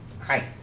Hi